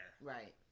right